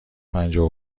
پنجاه